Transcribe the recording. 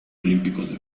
olímpicos